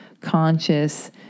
conscious